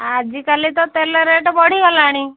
ଆଜିକାଲି ତ ତେଲ ରେଟ୍ ବଢ଼ିଗଲାଣି